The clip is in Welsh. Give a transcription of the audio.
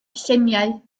lluniau